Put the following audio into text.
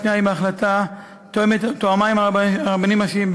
השנייה: האם ההחלטה תואמה עם הרבניים הראשיים?